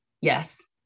Yes